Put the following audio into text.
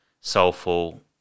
soulful